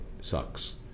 sucks